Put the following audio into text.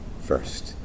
first